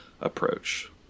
approach